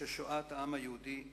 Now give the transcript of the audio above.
ששואת העם היהודי במרכזה.